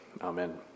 amen